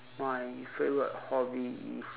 my favourite hobby is